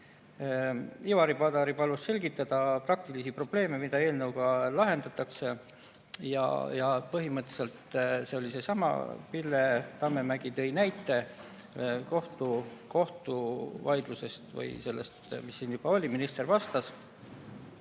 Ivari Padar palus selgitada praktilisi probleeme, mida eelnõuga lahendatakse. Ja põhimõtteliselt see oli seesama. Pille Tammemägi tõi näite kohtuvaidlusest või sellest, mis siin juba oli [kõne all].